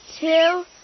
two